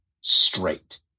straight